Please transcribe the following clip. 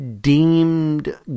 deemed